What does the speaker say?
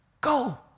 Go